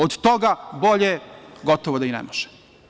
Od toga bolje gotovo i da ne može.